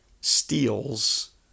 steals